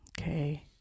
Okay